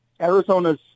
Arizona's